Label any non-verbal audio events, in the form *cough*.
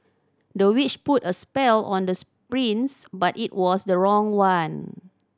the witch put a spell on the *unintelligible* prince but it was the wrong one